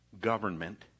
government